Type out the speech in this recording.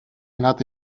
nata